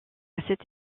cette